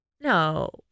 No